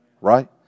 right